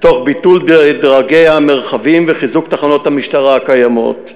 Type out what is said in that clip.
תוך ביטול דרגי המרחבים וחיזוק תחנות המשטרה הקיימות.